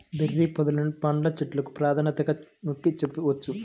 berry పొదలను పండ్ల చెట్లకు ప్రాధాన్యతగా నొక్కి చెప్పవచ్చు